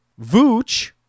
Vooch